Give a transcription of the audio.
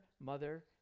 mother